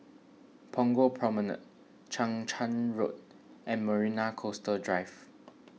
Punggol Promenade Chang Charn Road and Marina Coastal Drive